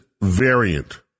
variant